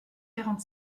quarante